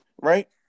right